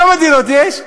כמה דירות יש?